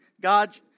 God